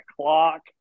clock